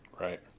Right